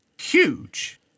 huge